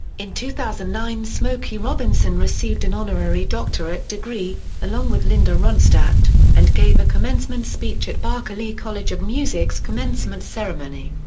in two thousand and nine smokey robinson received an honorary doctorate degree along with linda ronstadt and gave a commencement speech at berklee college of music's commencement ceremony.